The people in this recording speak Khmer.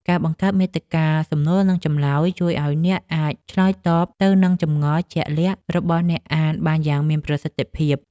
ការបង្កើតមាតិកាសំណួរនិងចម្លើយ ជួយឱ្យអ្នកអាចឆ្លើយតបទៅនឹងចម្ងល់ជាក់លាក់របស់អ្នកអានបានយ៉ាងមានប្រសិទ្ធភាព។